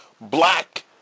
black